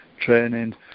training